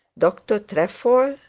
dr trefoil,